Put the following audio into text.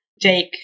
Jake